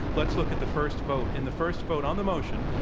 let's look at the first vote. in the first vote on the motion,